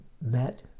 met